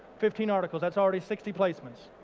fifteen articles, that's already sixty placements.